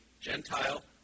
Gentile